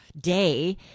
day